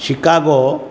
Chicago